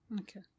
Okay